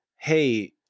Hey